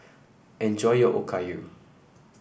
enjoy your Okayu